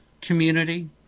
community –